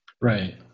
Right